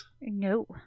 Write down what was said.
No